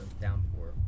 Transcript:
downpour